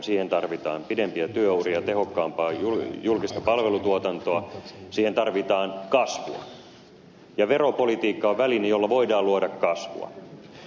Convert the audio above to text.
siihen tarvitaan pidempiä työuria tehokkaampaa julkista palvelutuotantoa siihen tarvitaan kasvua ja veropolitiikka on väline jolla voidaan luoda kasvua